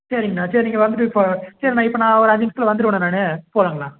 சரிங்கண்ணா சரி நீங்கள் வந்துவிட்டு இப்போ சரிண்ணா இப்போ நான் ஒரு அஞ்சு நிமிஷத்தில் வந்துருவண்ணா நானு போகலாங்கண்ணா